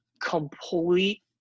complete